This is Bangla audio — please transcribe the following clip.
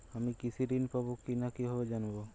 আমি কৃষি ঋণ পাবো কি না কিভাবে জানবো?